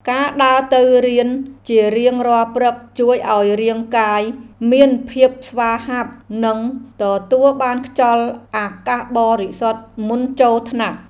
ការដើរទៅរៀនជារៀងរាល់ព្រឹកជួយឱ្យរាងកាយមានភាពស្វាហាប់ និងទទួលបានខ្យល់អាកាសបរិសុទ្ធមុនចូលថ្នាក់។